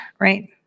right